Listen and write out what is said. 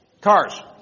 Cars